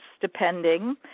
depending